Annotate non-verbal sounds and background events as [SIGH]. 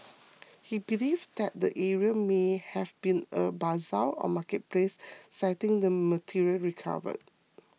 [NOISE] he believed that the area may have been a bazaar or marketplace citing the material recovered